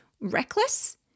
reckless